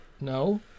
No